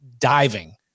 diving